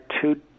two